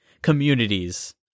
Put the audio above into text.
communities